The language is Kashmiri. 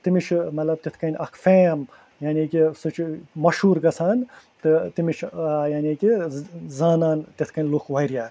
تٔمِس چھِ مطلب تِتھ کٔنۍ اکھ فیم یعنی کہِ سُہ چھُ مشہوٗر گَژھان تہِ تٔمِس چھِ یعنی کہِ زانان تِتھ کٔنۍ لُکھ وارِیاہ